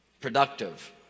productive